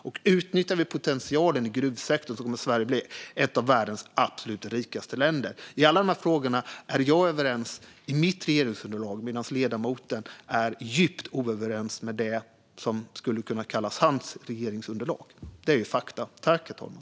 Men utnyttjar vi potentialen i gruvsektorn kommer Sverige att bli ett av världens absolut rikaste länder. I alla dessa frågor är jag överens med mitt regeringsunderlag medan ledamoten inte alls är överens med det som skulle kunna kallas hans regeringsunderlag. Det är ett faktum.